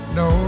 no